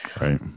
right